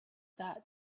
that